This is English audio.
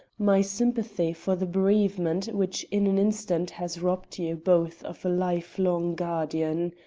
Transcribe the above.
my sympathy for the bereavement which in an instant has robbed you both of a lifelong guardian.